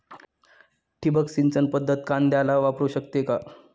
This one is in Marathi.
ठिबक सिंचन पद्धत कांद्याला वापरू शकते का?